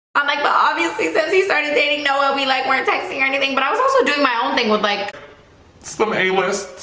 i'm like but obviously since he started dating know what we like weren't sexy or anything, but i was also doing my own thing with like sperm he lists.